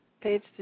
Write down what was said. page